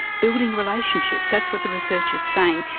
building relationships. that's what the research is saying,